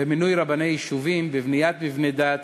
במינוי רבני יישובים, בבניית מבני דת